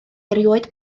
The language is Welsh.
erioed